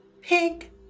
pig